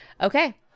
Okay